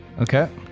Okay